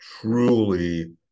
truly